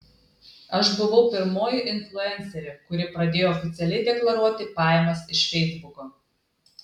aš buvau pirmoji influencerė kuri pradėjo oficialiai deklaruoti pajamas iš feisbuko